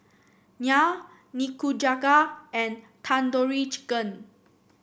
Naan Nikujaga and Tandoori Chicken